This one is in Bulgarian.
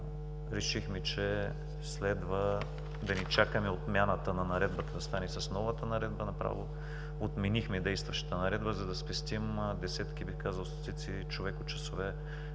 решихме, че следва да не чакаме отмяната на Наредбата да стане с новата наредба, а направо отменихме действащата Наредба, за да спестим десетки бих казал, стотици човекочасове